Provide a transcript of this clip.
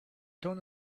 don’t